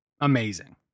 amazing